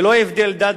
ללא הבדל דת,